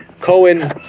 Cohen